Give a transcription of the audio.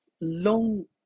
Long